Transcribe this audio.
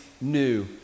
new